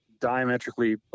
diametrically